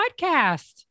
Podcast